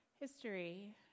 History